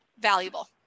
valuable